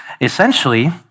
essentially